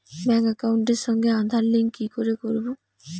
Bank একাউন্টের সঙ্গে Aadhaar link কি করে করবো?